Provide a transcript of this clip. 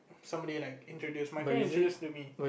someone like introduce my friend introduce to me